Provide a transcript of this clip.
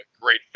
great